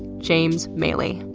james maley. and